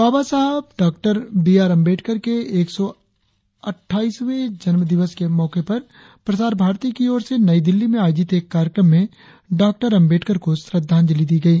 बाबा साहेब डॉ B R Ambedkar के एक सौ अट्ठाईसवें जन्म दिवस के मौके पर प्रसार भारती की ओर से नई दिल्ली में आयोजित एक कार्यक्रम में डॉ अंबेडकर को श्रद्धांजलि दी गई